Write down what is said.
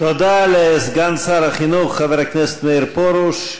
תודה לסגן שר החינוך חבר הכנסת מאיר פרוש.